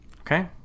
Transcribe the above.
Okay